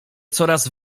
coraz